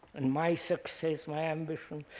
and my success, my ambition,